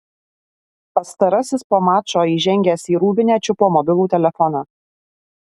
pastarasis po mačo įžengęs į rūbinę čiupo mobilų telefoną